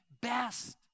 best